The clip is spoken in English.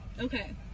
Okay